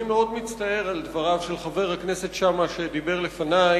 אני מאוד מצטער על דבריו של חבר הכנסת שאמה שדיבר לפני,